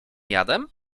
jadem